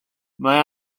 mae